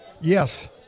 Yes